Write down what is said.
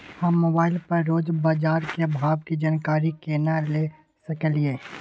हम मोबाइल पर रोज बाजार के भाव की जानकारी केना ले सकलियै?